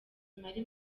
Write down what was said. imari